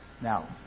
Now